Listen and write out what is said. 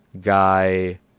guy